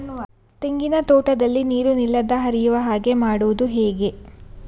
ತೆಂಗಿನ ತೋಟದಲ್ಲಿ ನೀರು ನಿಲ್ಲದೆ ಹರಿಯುವ ಹಾಗೆ ಮಾಡುವುದು ಹೇಗೆ?